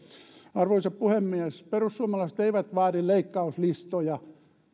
arvoisa puhemies perussuomalaiset eivät vaadi leikkauslistoja